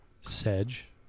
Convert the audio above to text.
Sedge